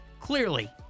clearly